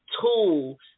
tool